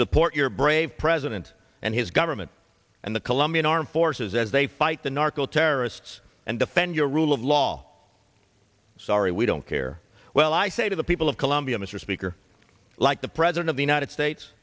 support your brave president and his government and the colombian armed forces as they fight the narco terrorists and defend your rule of law sorry we don't care well i say to the people of colombia mr speaker like the president of the united states